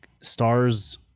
Stars